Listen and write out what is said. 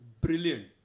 brilliant